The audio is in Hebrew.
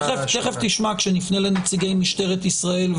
תיכף תשמע כשנפנה לנציגי משטרת ישראל,